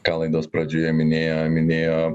ką laidos pradžioje minėjo minėjo